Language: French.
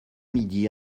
midi